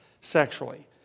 sexually